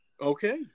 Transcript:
Okay